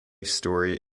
story